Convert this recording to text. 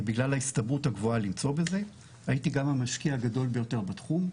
בגלל ההסתברות הגבוהה למצוא בזה הייתי גם המשקיע הגדול ביותר בתחום.